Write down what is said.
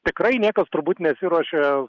tikrai niekas turbūt nesiruošia